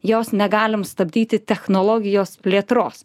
jos negalim stabdyti technologijos plėtros